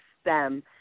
stem